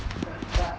that but